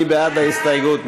מי בעד ההסתייגות?